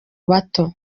bato